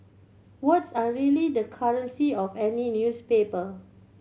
words are really the currency of any newspaper